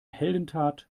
heldentat